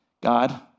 God